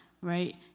right